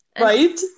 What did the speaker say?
right